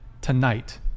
tonight